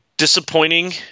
disappointing